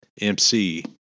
MC